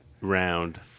round